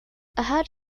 ahead